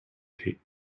tape